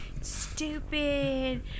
stupid